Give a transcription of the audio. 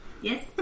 Yes